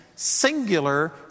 singular